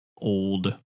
old